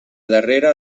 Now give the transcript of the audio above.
darrera